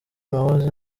wahoze